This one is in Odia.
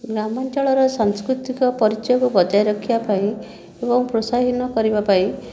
ଗ୍ରାମାଞ୍ଚଳର ସାଂସ୍କୃତିକ ପରିଚୟକୁ ବଜାୟ ରଖିବା ପାଇଁ ଏବଂ ପ୍ରୋତ୍ସାହନ କରିବା ପାଇଁ